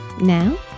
now